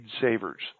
savers